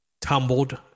tumbled